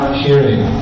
hearing